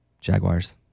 Jaguars